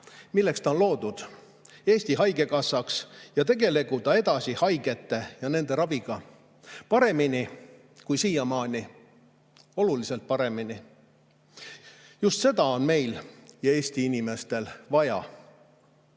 milleks ta on loodud, Eesti Haigekassaks, ja tegelegu ta edasi haigete ja nende raviga paremini kui siiamaani – oluliselt paremini. Just seda on meil ja Eesti inimestel vaja. Kõike